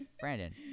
Brandon